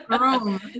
room